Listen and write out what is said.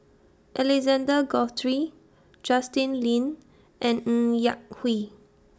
Alexander Guthrie Justin Lean and Ng Yak Whee